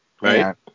Right